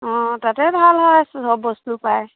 অঁ তাতে ভাল হয় চব বস্তু পায়